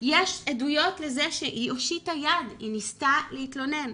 יש עדויות לזה שהיא הושיטה יד, היא ניסתה להתלונן.